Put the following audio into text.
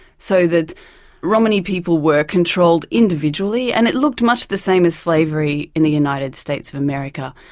so that romani people were controlled individually and it looked much the same as slavery in the united states of america.